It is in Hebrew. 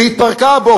והיא התפרקה הבוקר.